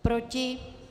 Proti?